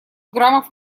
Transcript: граммов